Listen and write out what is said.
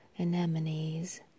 anemones